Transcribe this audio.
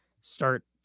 start